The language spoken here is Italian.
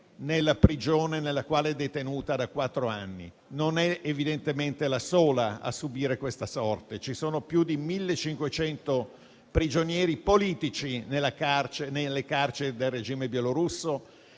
nella prigione nella quale è detenuta da quattro anni. Non è evidentemente la sola a subire una tale sorte, perché sono più di 1.500 i prigionieri politici nelle carceri del regime bielorusso.